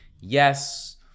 yes